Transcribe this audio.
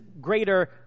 greater